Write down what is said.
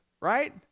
right